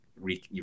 re